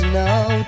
now